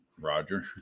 Roger